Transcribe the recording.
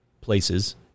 places